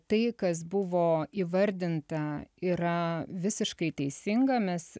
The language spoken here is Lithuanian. tai kas buvo įvardinta yra visiškai teisinga mes